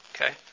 okay